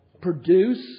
produce